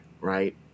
right